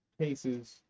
cases